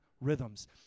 rhythms